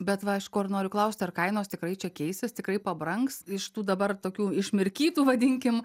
bet va aš ko ir nori klaust ar kainos tikrai čia keisis tikrai pabrangs iš tų dabar tokių išmirkytų vadinkim